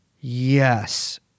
yes